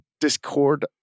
Discord